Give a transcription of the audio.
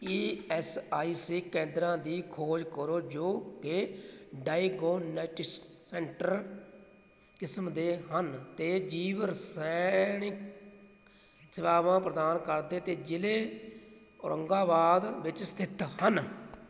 E S I C ਕੇਂਦਰਾਂ ਦੀ ਖੋਜ ਕਰੋ ਜੋ ਕਿ ਡਾਇਗੋਨੇਟਿਸਕ ਸੈਂਂਟਰ ਕਿਸਮ ਦੇ ਹਨ ਅਤੇ ਜੀਵ ਰਸਾਇਣ ਸੇਵਾਵਾਂ ਪ੍ਰਦਾਨ ਕਰਦੇ ਅਤੇ ਜ਼ਿਲ੍ਹੇ ਔਰੰਗਾਬਾਦ ਵਿੱਚ ਸਥਿਤ ਹਨ